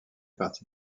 partie